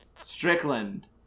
Strickland